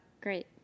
great